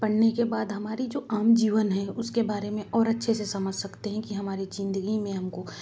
पढ़ने के बाद हमारा जो आम जीवन हैं उसके बारे में और अच्छे से समझ सकते है कि हमारी ज़िंदगी मे हम को